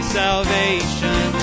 salvation